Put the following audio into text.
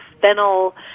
fennel